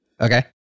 Okay